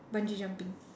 bungee jumping